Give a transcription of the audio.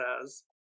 says